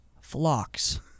flocks